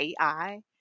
AI